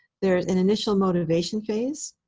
there's an initial motivation phase,